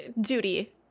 duty